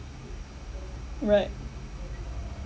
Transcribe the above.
right